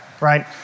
right